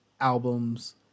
albums